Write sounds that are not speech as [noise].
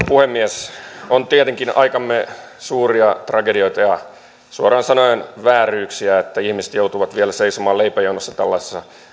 [unintelligible] puhemies on tietenkin aikamme suuria tragedioita ja suoraan sanoen vääryyksiä että ihmiset joutuvat vielä seisomaan leipäjonossa tällaisessa